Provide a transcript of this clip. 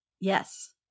Yes